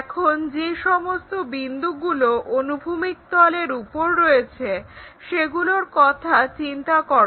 এখন যে সমস্ত বিন্দুগুলো অনুভূমিক তলের ওপর রয়েছে সেগুলোর কথা চিন্তা করো